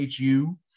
HU